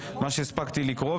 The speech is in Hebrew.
מה שהספקתי לקרוא,